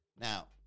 Now